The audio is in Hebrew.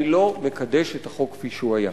אני לא מקדש את החוק כפי שהוא היה.